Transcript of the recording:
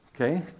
Okay